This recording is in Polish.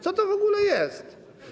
Co to w ogóle jest?